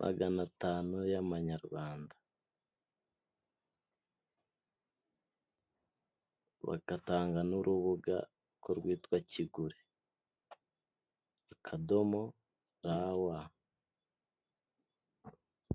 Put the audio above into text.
maganatanu y'amanyarwanda bagatanga n'urubuga ko rwitwa kigure akabomo rawa.